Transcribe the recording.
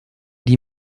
die